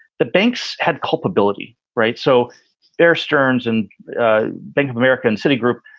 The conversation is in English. the banks had culpability. right. so bear stearns and bank of america and citigroup,